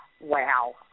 wow